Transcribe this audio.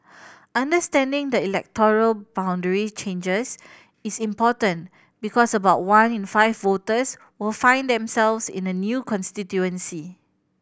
understanding the electoral boundary changes is important because about one in five voters will find themselves in a new constituency